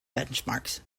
benchmarks